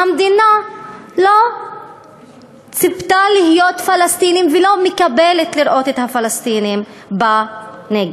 המדינה לא ציפתה להיות עם פלסטינים ולא מקבלת ראיית פלסטינים בנגב.